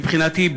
מבחינתי,